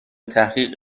تحقیق